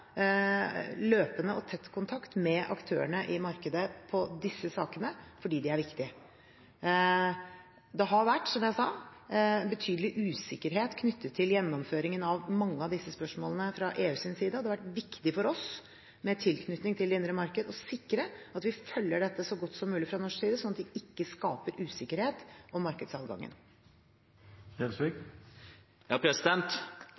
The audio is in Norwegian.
løpende og tett kontakt med aktørene i markedet på disse sakene, fordi de er viktige. Det har vært, som jeg sa, betydelig usikkerhet knyttet til gjennomføringen av mange av disse spørsmålene fra EUs side, og det har vært viktig for oss med tilknytning til det indre marked å sikre at vi følger dette så godt som mulig fra norsk side, sånn at vi ikke skaper usikkerhet